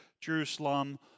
Jerusalem